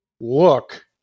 look